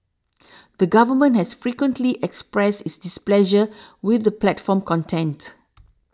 the government has frequently expressed its displeasure with the platform's content